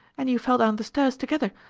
and you fell down the stairs together.